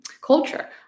culture